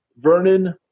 Vernon